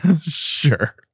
Sure